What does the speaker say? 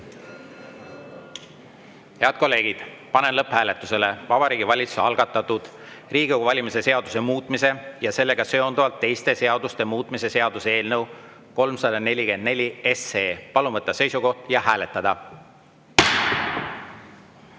Head kolleegid, panen lõpphääletusele Vabariigi Valitsuse algatatud Riigikogu valimise seaduse muutmise ja sellega seonduvalt teiste seaduste muutmise seaduse eelnõu 344. Palun võtta seisukoht ja hääletada!